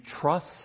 trust